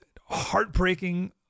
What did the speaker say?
heartbreaking